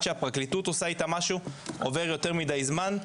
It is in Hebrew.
שהפרקליטות עושה איתה משהו עובר יותר מדי זמן.